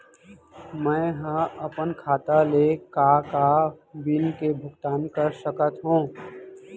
मैं ह अपन खाता ले का का बिल के भुगतान कर सकत हो